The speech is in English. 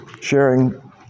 sharing